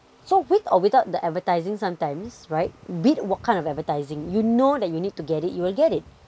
so with or without the advertising sometimes right be it what kind of advertising you know that you need to get it you will get it